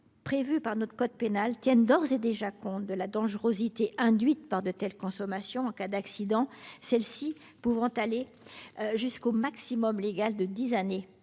prévues par notre code pénal tiennent d’ores et déjà compte de la dangerosité induite par de telles consommations en cas d’accident. Elles peuvent aller jusqu’au maximum légal de dix années